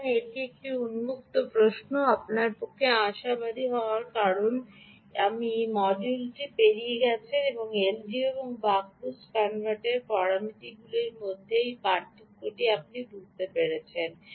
সুতরাং এটি একটি উন্মুক্ত প্রশ্ন আপনার পক্ষে আশাবাদী নয় কারণ আপনি এই মডিউলটি পেরিয়ে গেছেন এবং এলডিও এবং বাক বুস্ট কনভার্টারের পরামিতিগুলির মধ্যে এই পার্থক্যটি আপনি বুঝতে পেরেছেন